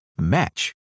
match